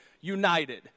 united